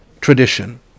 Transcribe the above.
tradition